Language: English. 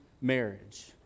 marriage